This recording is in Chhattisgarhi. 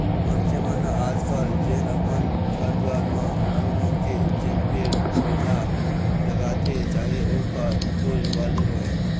मनखे मन ह आज कल जेन अपन घर दुवार म रंग रंग के जेन पेड़ पउधा लगाथे चाहे ओ फर फूल वाले होवय